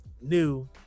new